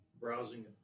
browsing